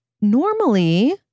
normally